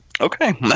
Okay